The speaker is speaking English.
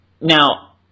Now